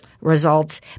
results